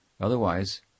Otherwise